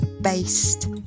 based